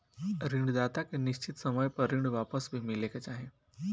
ऋण दाता के निश्चित समय पर ऋण वापस भी मिले के चाही